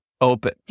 open